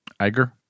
Iger